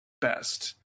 best